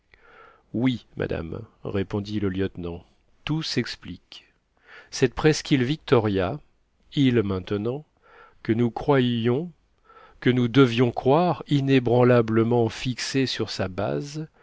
oui madame répondit le lieutenant tout s'explique cette presqu'île victoria île maintenant que nous croyions que nous devions croire inébranlablement fixée sur sa base